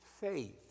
faith